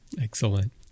Excellent